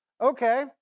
okay